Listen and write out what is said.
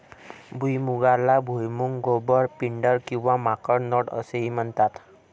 भुईमुगाला भुईमूग, गोबर, पिंडर किंवा माकड नट असेही म्हणतात